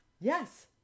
yes